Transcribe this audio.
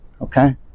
okay